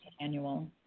annual